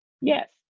yes